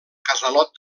casalot